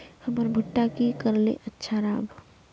हमर भुट्टा की करले अच्छा राब?